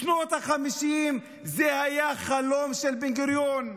בשנות החמישים זה היה החלום של בן-גוריון.